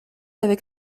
avec